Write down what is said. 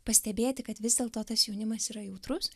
pastebėti kad vis dėlto tas jaunimas yra jautrus